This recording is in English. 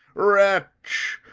wretch,